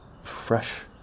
fresh